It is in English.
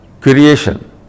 creation